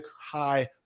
high